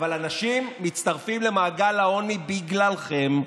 אבל אנשים מצטרפים למעגל העוני בגללכם,